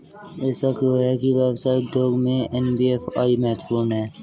ऐसा क्यों है कि व्यवसाय उद्योग में एन.बी.एफ.आई महत्वपूर्ण है?